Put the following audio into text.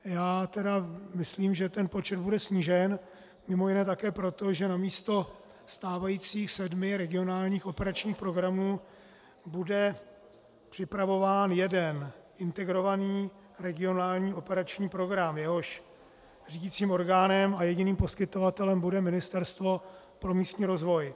Já myslím, že ten počet bude snížen, mimo jiné také proto, že namísto stávajících sedmi regionálních operačních programů bude připravován jeden integrovaný regionální operační program, jehož řídicím orgánem a jediným poskytovatelem bude Ministerstvo pro místní rozvoj.